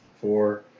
four